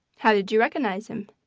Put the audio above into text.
how did you recognize him?